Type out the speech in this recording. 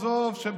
עזוב,